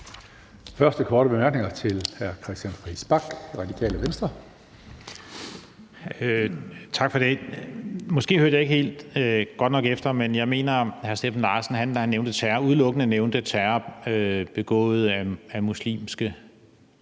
Første korte bemærkning er til hr. Christian Friis Bach, Radikale Venstre. Kl. 19:54 Christian Friis Bach (RV): Tak for det. Måske hørte jeg ikke helt godt nok efter, men jeg mener, at hr. Steffen Larsen, da han nævnte terror, udelukkende nævnte terror begået af muslimske